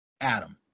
Adam